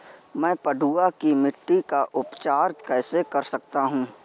मैं पडुआ की मिट्टी का उपचार कैसे कर सकता हूँ?